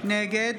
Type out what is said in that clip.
נגד